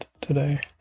today